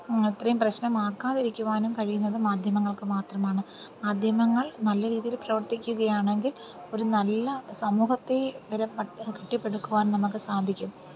അത്രയും പ്രശ്നമാക്കാതിരിക്കുവാനും കഴിയുന്നത് മാധ്യമങ്ങൾക്ക് മാത്രമാണ് മാധ്യമങ്ങൾ നല്ല രീതിയിൽ പ്രവർത്തിക്കുകയാണെങ്കിൽ ഒരു നല്ല സമൂഹത്തെ കെട്ടി പടുക്കുവാൻ നമുക്ക് സാധിക്കും